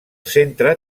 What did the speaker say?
centre